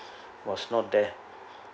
was not there